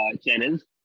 channels